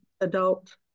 adult